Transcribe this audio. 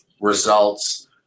results